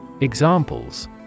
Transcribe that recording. Examples